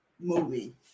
movie